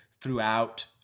throughout